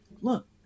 look